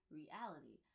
reality